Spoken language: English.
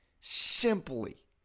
simply